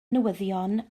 newyddion